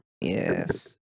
Yes